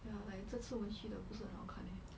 ya like 这次我们去的不是很好看 leh